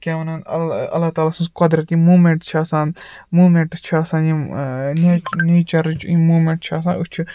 کیٛاہ وَنان الہ اللہ تعالیٰ سٕنٛز قۄدرتی یِم موٗمٮ۪نٛٹ چھِ آسان موٗمٮ۪نٛٹہٕ چھِ آسان یِم نیٚچ نیٚچرٕچ یِم موٗمٮ۪نٹ چھِ آسان أسۍ چھِ